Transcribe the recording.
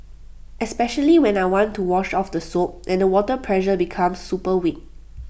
especially when I want to wash off the soap and the water pressure becomes super weak